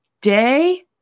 day